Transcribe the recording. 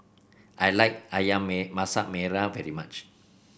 I like ayam Masak Merah very much